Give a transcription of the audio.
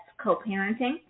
co-parenting